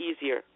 easier